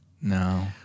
No